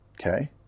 okay